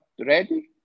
ready